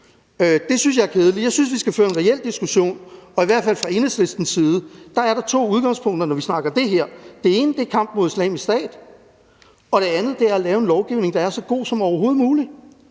det synes jeg er kedeligt. Jeg synes, vi skal føre en reel diskussion, og der er i hvert fald fra Enhedslistens side to udgangspunkter, når vi taler om det her: Det ene er kampen mod Islamisk Stat, og det andet at lave en lovgivning, der er så god som overhovedet muligt,